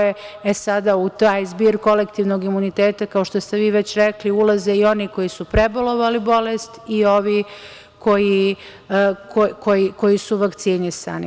E, sada, u taj zbir kolektivnog imuniteta, kao što ste vi već rekli, ulaze i oni koji su prebolovali bolest i ovi koji su vakcinisani.